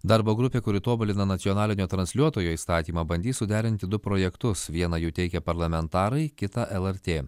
darbo grupė kuri tobulina nacionalinio transliuotojo įstatymą bandys suderinti du projektus vieną jų teikia parlamentarai kitą lrt